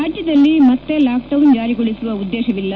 ರಾಜ್ಞದಲ್ಲಿ ಮತ್ತೆ lockdown ಜಾರಿಗೊಳಿಸುವ ಉದ್ದೇಶವಿಲ್ಲ